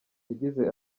yagize